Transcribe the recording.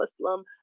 Muslim